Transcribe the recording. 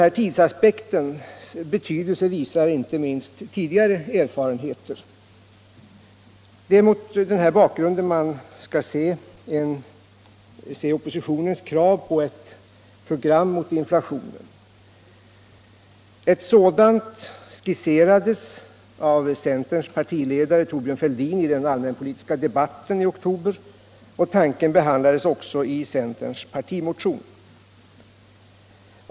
Inte minst tidigare erfarenheter visar tidsaspektens betydelse. Det är mot den bakgrunden man skall se oppositionens krav på ett program mot inflationen. Ett sådant skisserades av centerns partiledare, Thorbjörn Fälldin, i den allmänpolitiska debatten i oktober, och tanken därpå behandlas också i centerns partimotion.